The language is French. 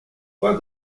pas